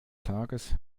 tages